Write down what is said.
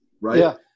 Right